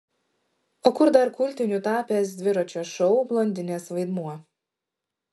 o kur dar kultiniu tapęs dviračio šou blondinės vaidmuo